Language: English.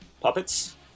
Puppets